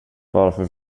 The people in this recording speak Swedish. varför